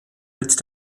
mit